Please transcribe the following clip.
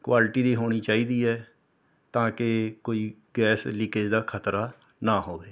quality ਦੀ ਹੋਣੀ ਚਾਹੀਦੀ ਹੈ ਤਾਂ ਕਿ ਕੋਈ ਗੈਸ ਲੀਕੇਜ ਦਾ ਖਤਰਾ ਨਾ ਹੋਵੇ